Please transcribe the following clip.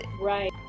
Right